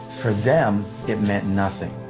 for them, it meant nothing.